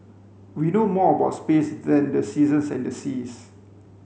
we know more about space than the seasons and the seas